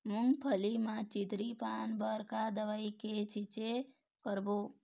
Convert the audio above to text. मूंगफली म चितरी पान बर का दवई के छींचे करबो?